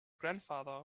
grandfather